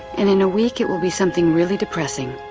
and in a week it will be something really depressing,